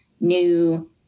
new